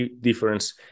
difference